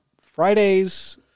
Fridays